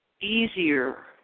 easier